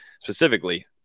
specifically